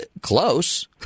close